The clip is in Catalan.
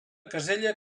casella